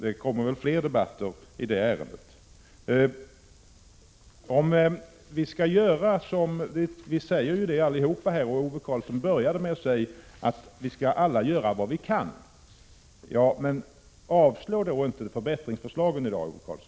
Det kommer väl fler debatter i den frågan. Vi säger allihop — och Ove Karlsson började också med att säga det — att vi skall göra vad vi kan. Ja, men avslå då inte förbättringsförslagen i dag, Ove Karlsson!